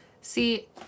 See